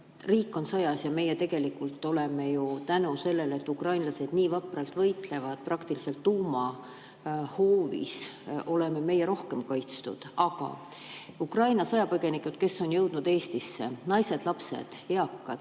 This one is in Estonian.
riik on sõjas ja meie oleme tänu sellele, et ukrainlased nii vapralt võitlevad praktiliselt tuumahoovis, rohkem kaitstud. Ukraina sõjapõgenikud, kes on jõudnud Eestisse – naised, lapsed ja eakad